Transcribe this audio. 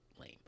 lame